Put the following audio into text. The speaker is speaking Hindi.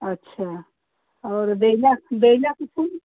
अच्छा और बेला बेला के फूल